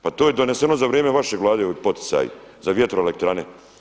Pa to je doneseno za vrijeme vaše Vlade, ovi poticaji za vjetroelektrane.